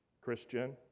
Christian